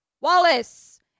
Wallace